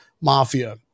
Mafia